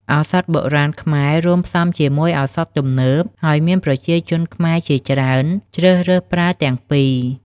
ឱសថបុរាណខ្មែររួមផ្សំជាមួយឱសថទំនើប ហើយមានប្រជាជនខ្មែរជាច្រើនជ្រើសរើសប្រើទាំងពីរ។